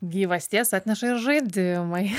gyvasties atneša ir žaidimai